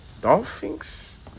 Dolphins